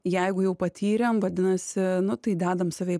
jeigu jau patyrėm vadinasi nu tai dedam save į